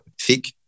thick